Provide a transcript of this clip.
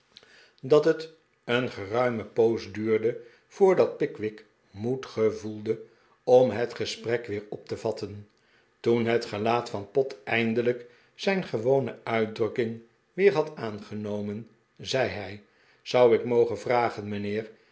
dat het een geruime poos duurde voordat pickwick moed gevoelde om het gesprek weer op te vatten toen het gelaat van pott eindelijk zijn gewone uitdrukking weer had aangenomen zei hij zou ik mogen vragen mijnheer